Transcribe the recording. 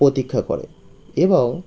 প্রতীক্ষা করে এবং